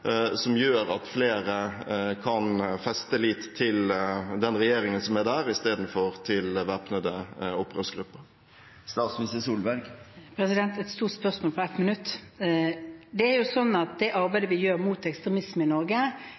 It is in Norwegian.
som gjør at flere kan feste lit til den regjeringen som er der, i stedet for til væpnede opprørsgrupper. Et stort spørsmål på ett minutt. Det er jo sånn at det arbeidet vi gjør mot ekstremisme i Norge,